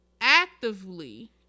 actively